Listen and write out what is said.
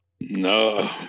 No